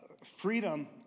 Freedom